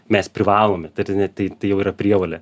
mes privalome ta prasme tai tai jau yra prievolė